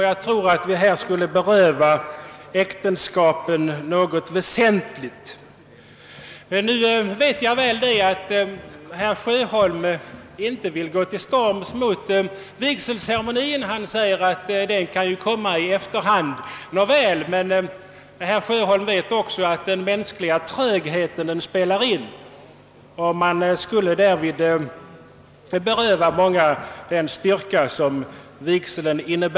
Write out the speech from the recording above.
Jag vet att herr Sjöholm inte vill gå till storms mot vigselceremonien — han säger att den kan komma i efterhand. Herr Sjöholm inser emellertid säkert att den mänskliga trögheten spelar in här som annars och att man på det sättet skulle beröva många den styrka som vigseln ger.